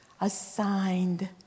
assigned